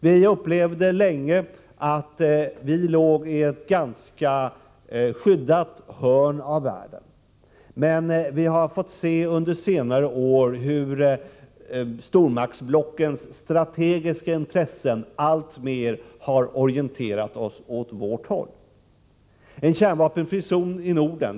Vi upplevde det länge så, att vi låg i ett ganska skyddat hörn av världen, men vi har under senare år fått se hur stormaktsblockens strategiska intressen alltmer har orienterat sig åt vårt håll.